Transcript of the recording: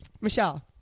Michelle